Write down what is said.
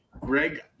greg